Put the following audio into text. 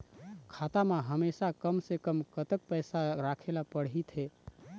खाता मा हमेशा कम से कम कतक पैसा राखेला पड़ही थे?